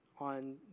On